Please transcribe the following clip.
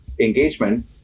engagement